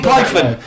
Python